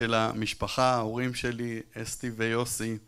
של המשפחה, ההורים שלי, אסתי ויוסי.